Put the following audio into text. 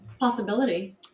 Possibility